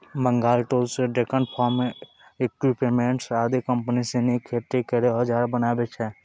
Bengal tools, Deccan farm equipments आदि company सिनी खेती केरो औजार बनावै छै